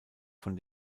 von